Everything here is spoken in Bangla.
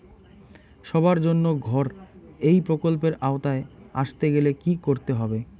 সবার জন্য ঘর এই প্রকল্পের আওতায় আসতে গেলে কি করতে হবে?